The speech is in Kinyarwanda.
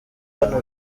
hano